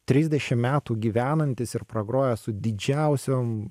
trisdešim metų gyvenantys ir pragroję su didžiausiom